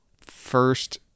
first